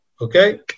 Okay